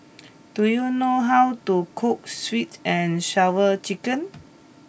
do you know how to cook Sweet and Sour Chicken